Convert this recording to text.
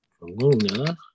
Luna